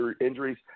injuries